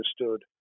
understood